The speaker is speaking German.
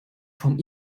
vom